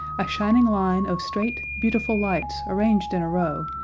a shining line of straight, beautiful lights arranged in a row,